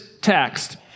text